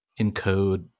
encode